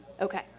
Okay